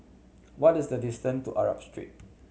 what is the distance to Arab Street